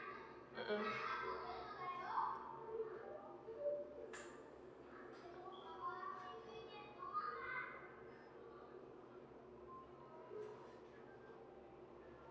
mm mm